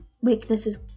weaknesses